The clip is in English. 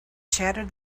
shattered